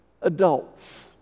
adults